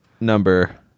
number